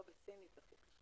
לא בסינית אפילו.